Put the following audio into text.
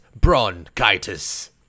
bronchitis